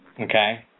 Okay